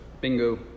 Bingo